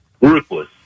ruthless